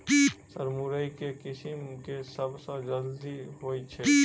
Sir मुरई केँ किसिम केँ सबसँ जल्दी होइ छै?